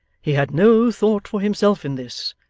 he had no thought for himself in this.